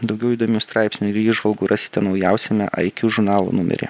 daugiau įdomių straipsnių ir įžvalgų rasite naujausiame iq žurnalo numeryje